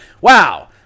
Wow